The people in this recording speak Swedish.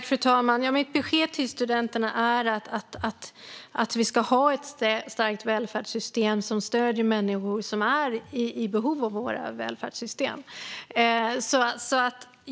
Fru talman! Mitt besked till studenterna är att vi ska ha ett starkt välfärdssystem som stöder människor som är i behov av det.